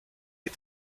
est